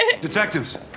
Detectives